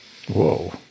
whoa